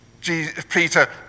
Peter